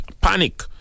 panic